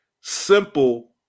simple